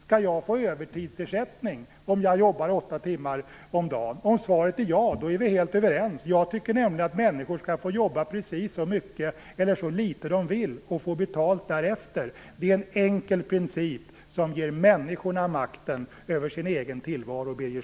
Skall jag få övertidsersättning om jag jobbar åtta timmar om dagen? Om svaret är ja är vi helt överens. Jag tycker nämligen att människor skall få jobba precis så mycket eller så litet de vill och få betalt därefter. Det är en enkel princip som ger människorna makten över sin egen tillvaro, Birger